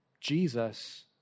Jesus